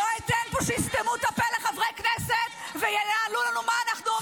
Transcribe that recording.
לא אתן שיסתמו את הפה לחברי כנסת וינהלו לנו מה אנחנו אומרים.